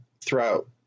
throughout